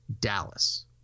Dallas